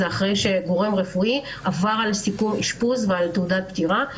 זה אחרי שגורם רפואי עבר על סיפור האשפוז ועל תעודת הפטירה,